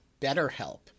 BetterHelp